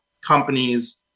companies